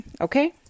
Okay